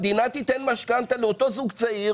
המדינה תיתן משכנתה לאותו זוג צעיר,